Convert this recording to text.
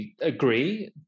agree